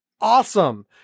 awesome